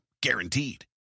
guaranteed